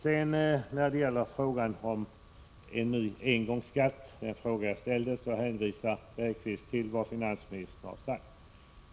Med anledning av den fråga som jag ställde om en ny engångsskatt hänvisar Jan Bergqvist till vad finansministern har uttalat.